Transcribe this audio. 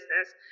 business